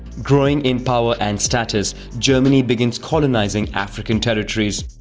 growing in power and status, germany begins colonizing african territories.